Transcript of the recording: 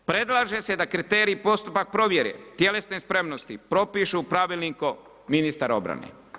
Predlaže se da kriterij postupka provjere tjelesne spremnosti propišu pravilnikom ministar obrane.